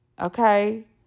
Okay